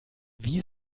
wie